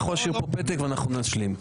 אתה יכול להשאיר פה פתק ואנחנו נשלים.